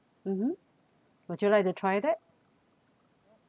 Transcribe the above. mmhmm would you like to try that